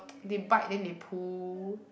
they bite then they pull